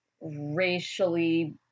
racially